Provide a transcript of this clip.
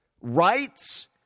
Rights